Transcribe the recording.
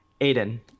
aiden